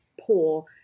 poor